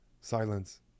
silence